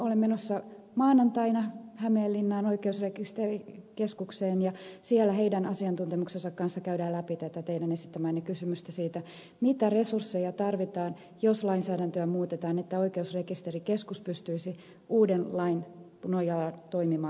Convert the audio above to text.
olen menossa maanantaina hämeenlinnaan oikeusrekisterikeskukseen ja siellä sen asiantuntemuksen kanssa käydään läpi tätä teidän esittämäänne kysymystä siitä mitä resursseja tarvitaan jos lainsäädäntöä muutetaan jotta oikeusrekisterikeskus pystyisi uuden lain nojalla toimimaan